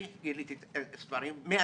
אני גיליתי ספרים, מהשרופים,